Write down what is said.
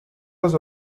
was